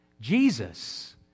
Jesus